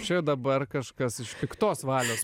čia dabar kažkas iš piktos valios